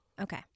Okay